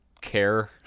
care